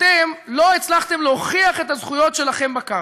אתם לא הצלחתם להוכיח את הזכויות שלכם בקרקע.